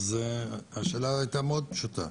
אז השאלה הייתה מאוד פשוטה,